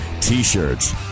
t-shirts